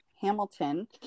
Hamilton